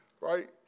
right